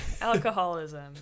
Alcoholism